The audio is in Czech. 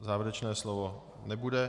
Závěrečné slovo nebude.